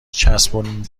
چسبوندید